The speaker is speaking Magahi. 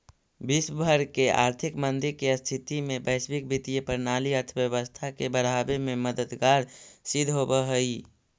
विश्व भर के आर्थिक मंदी के स्थिति में वैश्विक वित्तीय प्रणाली अर्थव्यवस्था के बढ़ावे में मददगार सिद्ध होवऽ हई